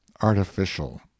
artificial